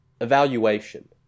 evaluation